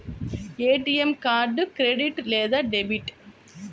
ATM card credit లేదా debit?